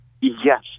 Yes